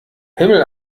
himmel